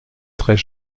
très